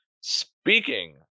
Speaking